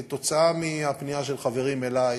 כתוצאה מהפנייה של חברים אלי,